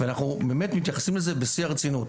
אנחנו מתייחסים לזה בשיא הרצינות.